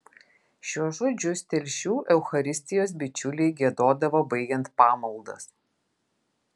šiuos žodžius telšių eucharistijos bičiuliai giedodavo baigiant pamaldas